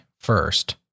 first